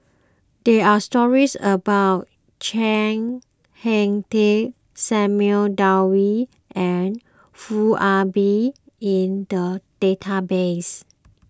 there are stories about Chiang Hai Ding Samuel and Foo Ah Bee in the database